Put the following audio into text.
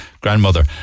grandmother